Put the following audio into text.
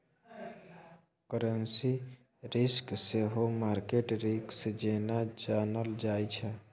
currency risk सेहो market risk जेना जानल जाइ छै